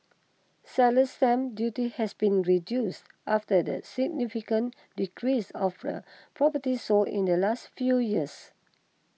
seller's stamp duty has been reduced after the significant decrease of the properties sold in the last few years